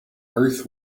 earth